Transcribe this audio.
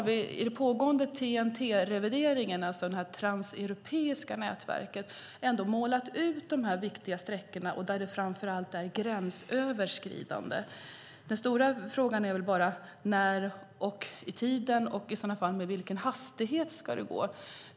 I den pågående revidering av TEN-T, det transeuropeiska nätverket, har vi målat ut de viktiga sträckorna, där det framför allt är gränsöverskridande. Den stora frågan är väl bara när i tiden och i så fall med vilken hastighet det ska gå.